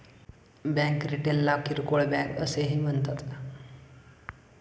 bank रिटेलला किरकोळ bank असेही म्हणतात